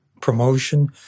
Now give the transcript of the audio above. promotion